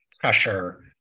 pressure